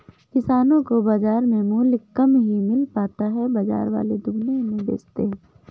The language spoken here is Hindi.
किसानो को बाजार में मूल्य कम ही मिल पाता है बाजार वाले दुगुने में बेचते है